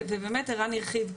ובאמת ערן הרחיב,